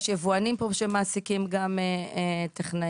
יש יבואנים פה שמעסיקים גם טכנאים,